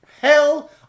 hell